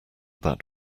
that